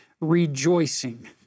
rejoicing –